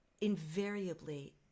invariably